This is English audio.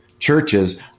churches